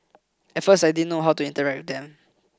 at first I didn't know how to interact with them